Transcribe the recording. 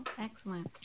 Excellent